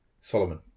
Solomon